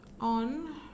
On